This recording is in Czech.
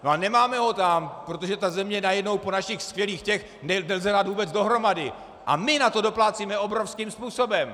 No a nemáme ho tam, protože tu zemi najednou po našich skvělých těch nelze dát vůbec dohromady a my na to doplácíme obrovským způsobem.